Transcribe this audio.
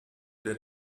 der